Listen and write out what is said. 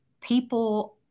people